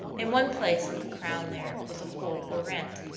in one place in the crown there was a hole or rent,